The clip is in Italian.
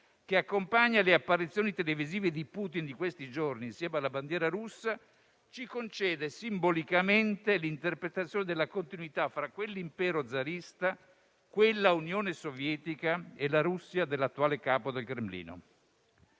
accompagna le apparizioni televisive di Putin di questi giorni, a concederci simbolicamente l'interpretazione della continuità fra quell'impero zarista, quell'Unione Sovietica e la Russia dell'attuale Capo del Cremlino.